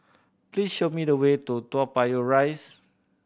please show me the way to Toa Payoh Rise